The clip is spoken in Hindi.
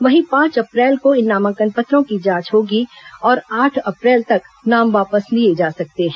वहीं पांच अप्रैल को इन नामांकन पत्रों की जांच होगी और आठ अप्रैल तक नाम वापस लिए जा सकते हैं